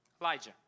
Elijah